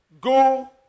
go